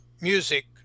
music